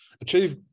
achieve